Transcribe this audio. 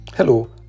Hello